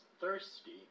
thirsty